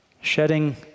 shedding